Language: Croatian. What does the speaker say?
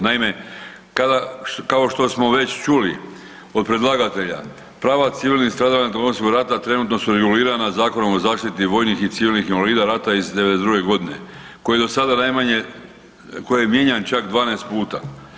Naime, kada kao što smo već čuli od predlagatelja, prava civilnih stradalnika Domovinskog rata trenutno su regulirana Zakonom o zaštiti vojnih i civilnih invalida rata iz '92. godine koji do sada najmanje, koji je mijenjan čak 12 puta.